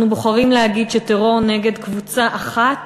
אנחנו בוחרים להגיד שטרור נגד קבוצה אחת